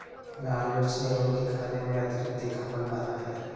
लाल मिर्च ने उनके खाने में अतिरिक्त तीखापन डाला है